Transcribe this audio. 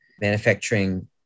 manufacturing